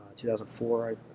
2004